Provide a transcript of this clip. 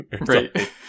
right